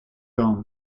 gone